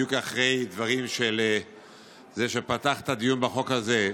בדיוק אחרי דברים של זה שפתח את הדיון בחוק הזה,